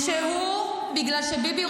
בימים הקשים